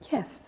Yes